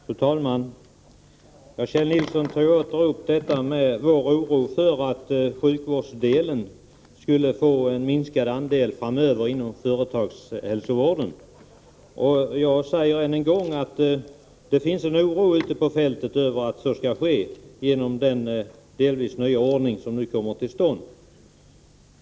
Fru talman! Kjell Nilsson tog åter upp vår oro för att sjukvården framöver skulle utgöra en minskad andel inom företagshälsovården. Jag säger än en gång att det ute på fältet finns människor som hyser oro över att det skall bli på det sättet, genom den delvis nya ordning som nu kommer till stånd.